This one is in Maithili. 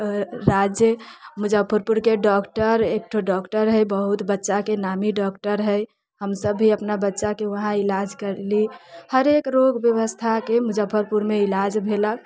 राज्य मुजफ्फरपुरके डॉक्टर एकठो डॉक्टर हय बहुत बच्चाके नामी डॉक्टर हय हमसभ भी अपना बच्चाके उहाँ इलाज करैली हरेक रोग व्यवस्थाके मुजफ्फरपुरमे इलाज भेलक